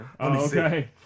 Okay